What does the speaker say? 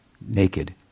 naked